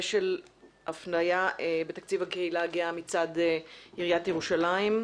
אפליה בתקציב הקהילה הגאה מצד עיריית ירושלים,